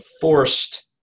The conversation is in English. forced